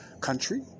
country